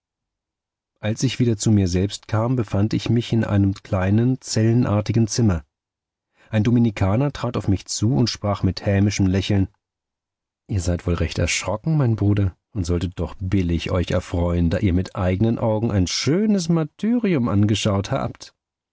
als ich wieder zu mir selbst kam befand ich mich in einem kleinen zellenartigen zimmer ein dominikaner trat auf mich zu und sprach mit hämischem lächeln ihr seid wohl recht erschrocken mein bruder und solltet doch billig euch erfreuen da ihr mit eignen augen ein schönes martyrium angeschaut habt